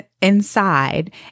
inside